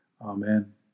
Amen